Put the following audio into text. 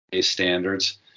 standards